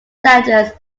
settlers